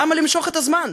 למה למשוך את הזמן?